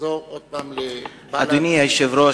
אדוני היושב-ראש,